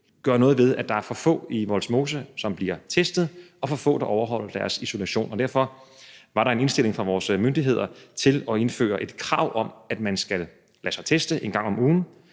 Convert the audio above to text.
gøre noget ved, at der er for få i Vollsmose, som bliver testet, og for få, der overholder deres isolation. Og derfor var der en indstilling fra vores myndigheder til at indføre et krav om, at man skal lade sig teste en gang om ugen,